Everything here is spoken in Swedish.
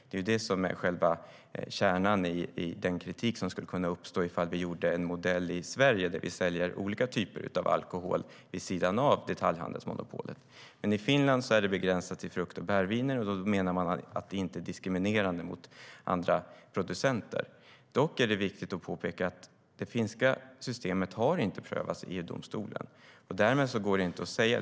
Det är själva kärnan i den kritik som skulle kunna uppstå ifall vi gjorde en modell i Sverige där vi säljer olika typer alkohol vid sidan av detaljhandelsmonopolet.I Finland är det begränsat till frukt och bärviner, och då menar man att det inte är diskriminerande mot andra producenter. Dock är det viktigt att påpeka att det finska systemet inte har prövats i EU-domstolen.